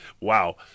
Wow